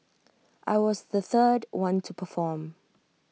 I was the third one to perform